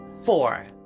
Four